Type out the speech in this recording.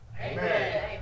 Amen